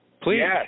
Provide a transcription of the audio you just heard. Please